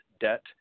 debt